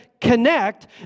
connect